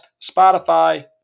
Spotify